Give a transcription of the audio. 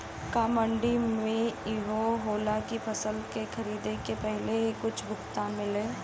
का मंडी में इहो होला की फसल के खरीदे के पहिले ही कुछ भुगतान मिले?